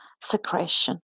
secretion